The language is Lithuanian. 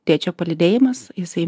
tėčio palydėjimas jisai